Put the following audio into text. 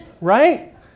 Right